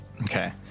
Okay